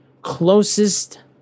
closest